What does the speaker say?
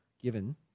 given